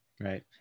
Right